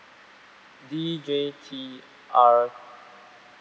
D J T R